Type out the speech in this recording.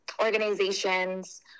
organizations